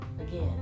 Again